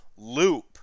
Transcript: loop